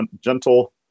gentle